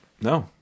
No